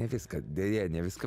ne viską deja ne viską